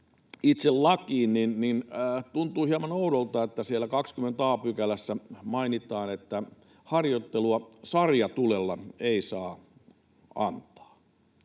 itse lakiin, niin tuntuu hieman oudolta, että siellä 20 a §:ssä mainitaan, että harjoittelua sarjatulella ei saa antaa.